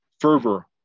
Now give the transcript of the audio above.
fervor